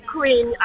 Queen